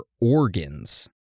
organs